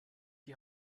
die